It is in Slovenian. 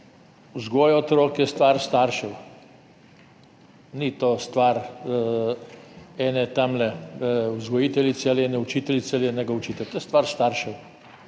Vzgoja otrok je stvar staršev, ni to stvar ene vzgojiteljice ali ene učiteljice ali enega učitelja, to je stvar staršev.